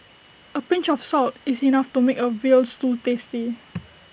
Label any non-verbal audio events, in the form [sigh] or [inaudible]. A pinch of salt is enough to make A Veal Stew tasty [noise]